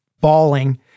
bawling